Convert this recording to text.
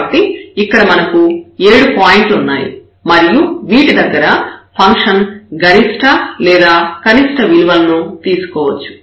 కాబట్టి ఇక్కడ మనకు 7 పాయింట్లు ఉన్నాయి మరియు వీటి దగ్గర ఫంక్షన్ గరిష్ట లేదా కనిష్ట విలువలను తీసుకోవచ్చు